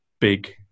big